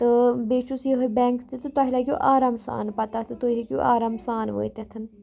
تہٕ بیٚیہِ چھُس یِہٕے بینٛک تہِ تہٕ تۄہہِ لَگیو آرام سان پَتہ تہٕ تُہۍ ہیٚکِو آرام سان وٲتِتھ